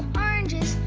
oranges,